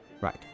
Right